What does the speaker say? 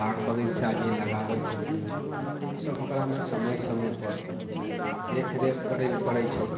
बाग बगीचा जे लगाबै छथिन तऽ ओकरामे समय समयपर देखरेख करैलए पड़ै छै